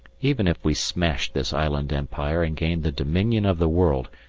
even if we smash this island empire and gain the dominion of the world,